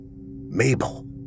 Mabel